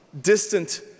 distant